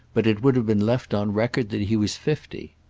but it would have been left on record that he was fifty.